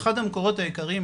אחד המקורות העיקריים,